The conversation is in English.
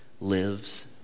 lives